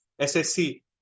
SSC